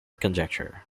conjecture